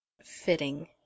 Fitting